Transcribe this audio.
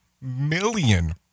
million